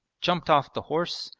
jumped off the horse,